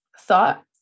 thought